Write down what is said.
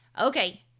Okay